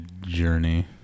journey